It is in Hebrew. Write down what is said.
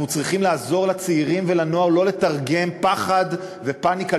אנחנו צריכים לעזור לצעירים ולנוער לא לתרגם פחד ופניקה,